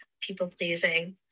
people-pleasing